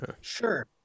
Sure